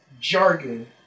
jargon